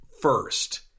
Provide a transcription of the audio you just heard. first